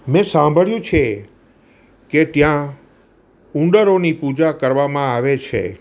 મેં સાંભળ્યું છે કે ત્યાં ઉંદરોની પૂજા કરવામાં આવે છે